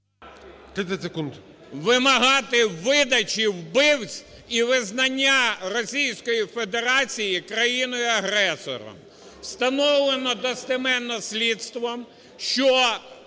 …вимагати видачі вбивць і визнання Російської Федерації країною-агресором. Встановлено достеменно слідством, що